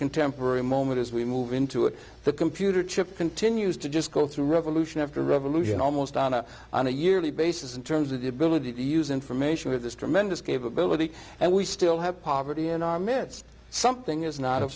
contemporary moment as we move into it the computer chip continues to just go through revolution after revolution almost on a on a yearly basis in terms of the ability to use information with this tremendous capability and we still have poverty in our midst something is not